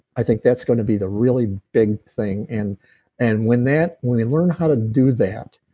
i think that's going to be the really big thing. and and when that, when they learn how to do that,